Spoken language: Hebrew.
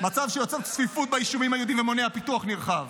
מצב שיוצר צפיפות ביישובים היהודיים ומונע פיתוח נרחב.